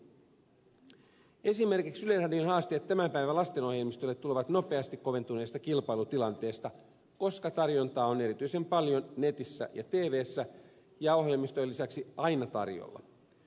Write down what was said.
esimerkiksi yleisradion haasteet tämän päivän lastenohjelmistoille tulevat nopeasti koventuneesta kilpailutilanteesta koska tarjontaa on erityisen paljon netissä ja tvssä ja ohjelmistojen lisäksi aina tarjolla